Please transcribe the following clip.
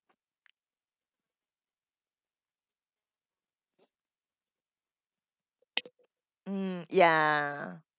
mm ya